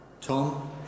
Tom